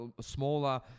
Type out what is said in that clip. smaller